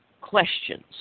questions